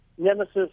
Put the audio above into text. nemesis